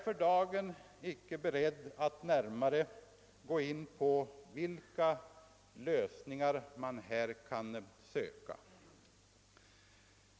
För dagen är jag inte beredd att närmare ingå på frågan om vilka lösningar man därvid skall söka finna.